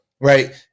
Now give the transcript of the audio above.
Right